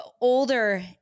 older